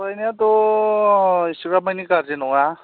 फराइनायाथ' एसिग्राबमानि गाज्रि नङा